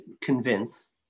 convince